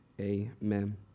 Amen